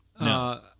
No